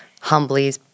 Humbly